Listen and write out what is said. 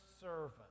servant